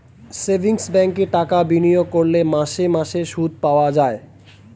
savings ব্যাঙ্কে টাকা বিনিয়োগ করলে মাসে মাসে সুদ পাওয়া যায়